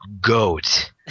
goat